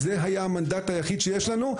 זה היה המנדט היחיד שיש לנו.